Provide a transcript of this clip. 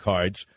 Cards